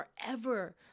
forever